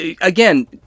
again